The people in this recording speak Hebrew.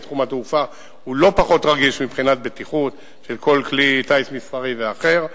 ותחום התעופה הוא לא פחות רגיש מבחינת בטיחות של כל כלי טיס מסחרי ואחר,